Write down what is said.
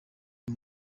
uyu